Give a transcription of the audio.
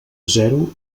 zero